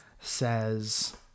Says